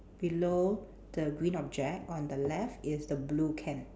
below the green object on the left is the blue can